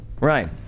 Right